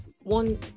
one